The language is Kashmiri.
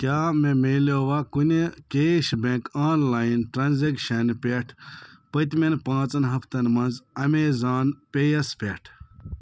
کیٛاہ مےٚ مِلیووَہ کُنہِ cashback online transaction پٮ۪ٹھ پٔتۍمٮ۪ن پانٛژَن ہفتَن مَنٛز اَمیزان پے یَس پٮ۪ٹھ